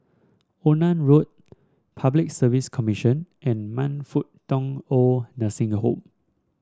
Onan Road Public Service Commission and Man Fut Tong Old Nursing Home